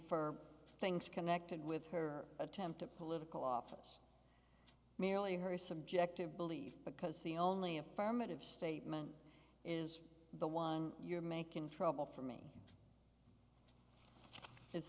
for things connected with her attempt at political office merely her subjective belief because the only affirmative statement is the one you're making trouble for me is